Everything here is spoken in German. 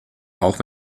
auch